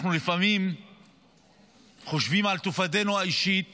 אנחנו לפעמים חושבים על טובתנו האישית